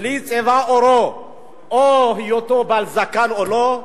ללא קשר לצבע עורו או להיותו בעל זקן או לא,